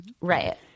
right